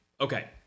Okay